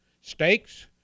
Steaks